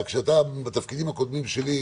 בתפקידים הקודמים שלי,